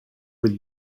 with